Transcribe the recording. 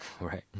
right